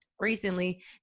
recently